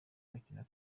gukina